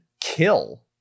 kill